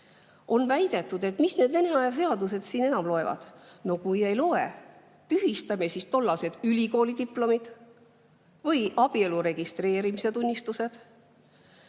On väidetud, et mis need Vene aja seadused siin enam loevad. No kui ei loe, siis tühistame ka tollased ülikoolidiplomid või abielu registreerimise tunnistused.